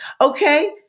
okay